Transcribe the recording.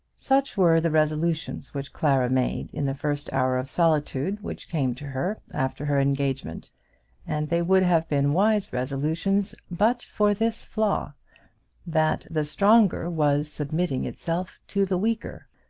such were the resolutions which clara made in the first hour of solitude which came to her after her engagement and they would have been wise resolutions but for this flaw that the stronger was submitting itself to the weaker,